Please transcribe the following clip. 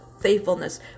faithfulness